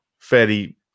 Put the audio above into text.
fairly